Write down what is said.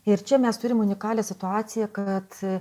ir čia mes turim unikalią situaciją kad